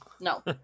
No